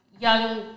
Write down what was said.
young